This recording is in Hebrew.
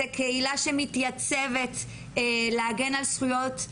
זו קהילה שמתייצבת להגן על זכויות.